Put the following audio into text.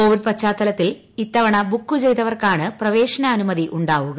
Covid പശ്ചാത്തലത്തിൽ ഇത്തവണ മുൻകൂറായി ബുക്കു ചെയ്തവർക്കാണ് പ്രവേശനാനുമതി ഉണ്ടാവുക